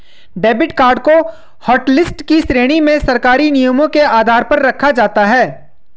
debit card को hotlist की श्रेणी में सरकारी नियमों के आधार पर रखा जाता है